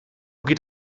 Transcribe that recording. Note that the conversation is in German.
geht